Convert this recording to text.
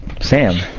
Sam